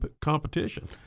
competition